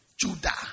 Judah